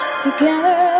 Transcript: together